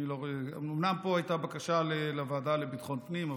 אומנם פה הייתה בקשה לוועדה לביטחון הפנים,